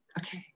okay